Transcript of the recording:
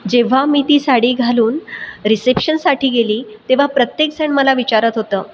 जेव्हा मी ती साडी घालून रिसेप्शनसाठी गेली तेव्हा प्रत्येकजण मला विचारत होतं